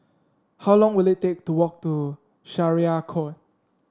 how long will it take to walk to Syariah Court